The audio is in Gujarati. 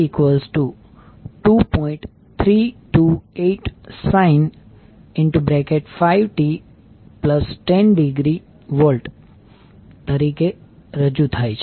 328 sin 5t10° V તરીકે રજૂ થાય છે